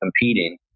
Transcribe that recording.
competing